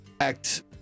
act